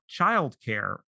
childcare